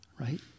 right